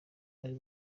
ari